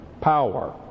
power